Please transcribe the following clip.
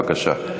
בבקשה.